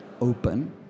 open